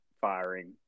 firing